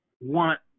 want